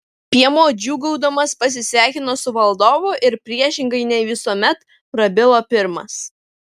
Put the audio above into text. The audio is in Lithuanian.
piemuo džiūgaudamas pasisveikino su valdovu ir priešingai nei visuomet prabilo pirmas